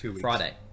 friday